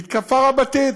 מתקפה רבתי.